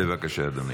בבקשה, אדוני.